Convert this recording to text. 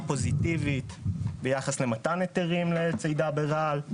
פוזיטיבית ביחס למתן היתרים לצידה ברעל,